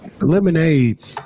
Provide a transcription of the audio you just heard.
Lemonade